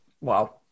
wow